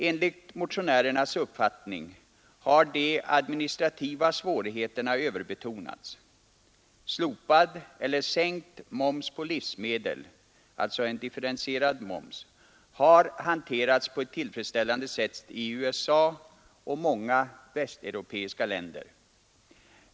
Enligt motionärernas uppfattning har de administrativa svårigheterna emellertid överbetonats. Slopad eller sänkt moms på livsmedel, alltså en differentierad moms, har hanterats på ett tillfredsställande sätt i USA och i många västeuropeiska länder.